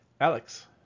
Alex